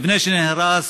המבנה שנהרס,